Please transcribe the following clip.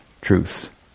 truth